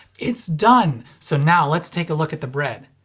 it's done! so now let's take a look at the bread.